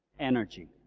energy.